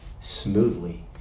smoothly